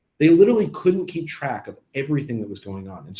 they literally couldn't keep track of everything that was going on,